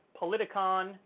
Politicon